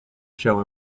show